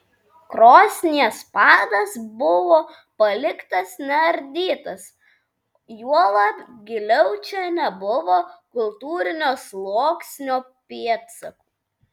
krosnies padas buvo paliktas neardytas juolab giliau čia nebuvo kultūrinio sluoksnio pėdsakų